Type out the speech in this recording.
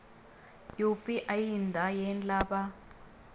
UPI ಇಂದ ಏನ್ ಲಾಭ?